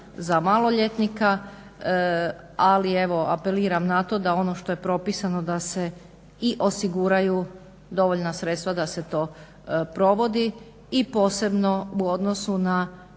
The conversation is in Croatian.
za maloljetnika, ali evo apeliram na to da ono što je propisano da se i osiguraju dovoljna sredstva da se to provodi i posebno u odnosu na